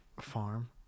Farm